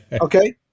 Okay